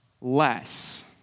Less